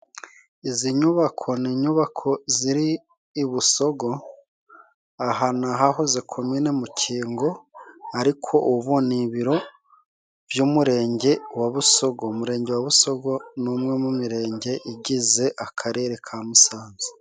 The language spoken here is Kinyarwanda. Izi nyubako ni inyubako ziri i Busogo aha hantu hahoze komine Mukingo ariko ubu ni ibiro by'umurenge wa Busogo umurenge wa Busogo ni umwe mu mirenge igize akarere ka Musanze.